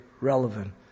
relevant